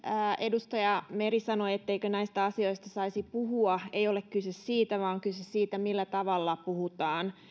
edustaja meri sanoi ettei näistä asioista saisi puhua ei ole kyse siitä vaan kyse on siitä millä tavalla puhutaan